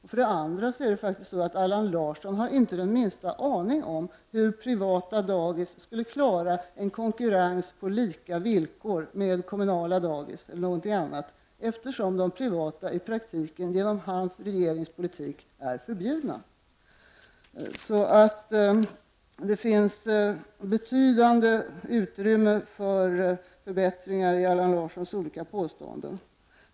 Dessutom har inte Allan Larsson den minsta aning om hur privata daghem skulle klara en konkurrens på lika villkor med kommunala daghem eller någonting annat, eftersom de privata daghemmen i praktiken genom hans regerings politik är förbjudna. Det finns alltså ett betydande utrymme för förbättringar i Allan Larssons olika påståenden.